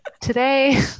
today